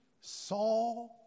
saw